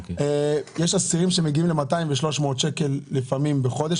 יש אסירים שמגיעים ל-200 ו-300 שקלים לפעמים בחודש,